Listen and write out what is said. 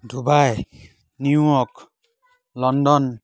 Dubai New York London